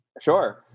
Sure